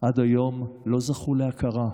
עד היום לא זכו להכרה.